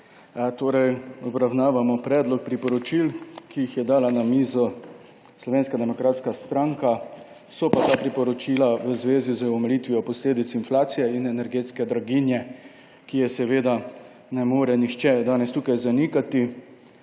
Torej obravnavamo predlog priporočil, ki jih je dala na mizo Slovenska demokratska stranka, so pa ta priporočila v zvezi z omilitvijo posledic inflacije in energetske draginje, ki je seveda ne more nihče danes tukaj zanikati,